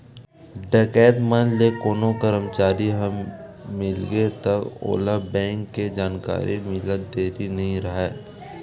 डकैत मन ले कोनो करमचारी ह मिलगे त ओला बेंक के जानकारी मिलत देरी नइ राहय